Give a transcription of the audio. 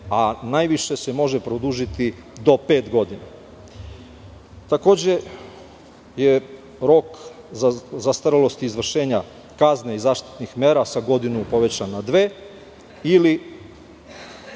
a najviše se može produžiti do pet godina. Takođe je rok za zastarelost izvršenja kazne i zaštitnih mera sa godinu povećan na dve